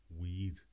weed